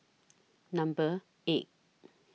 Number eight